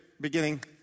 beginning